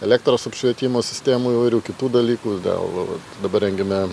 elektros apšvietimo sistemų įvairių kitų dalykų dėl dabar rengime